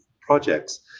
projects